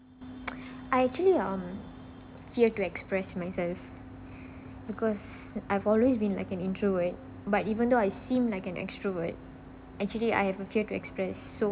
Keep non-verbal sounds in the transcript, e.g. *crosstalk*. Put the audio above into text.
I actually um fear to express myself *breath* because I've always been like an introvert but even though I seem like an extrovert actually I have a fear to express so